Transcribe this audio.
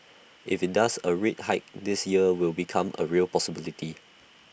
if IT does A rate hike this year will become A real possibility